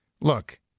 Look